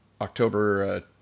October